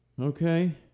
Okay